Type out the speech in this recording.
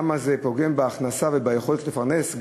כמה זה פוגם בהכנסה וביכולת לפרנס,